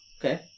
Okay